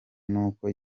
n’uko